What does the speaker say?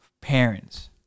parents